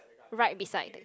right beside